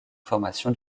formation